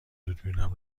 دوربینم